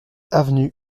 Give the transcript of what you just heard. avenue